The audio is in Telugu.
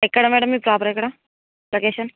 ఎక్కడ మేడం మీరు ప్రోపర్ ఎక్కడ లొకేషన్